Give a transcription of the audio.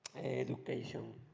education.